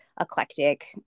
eclectic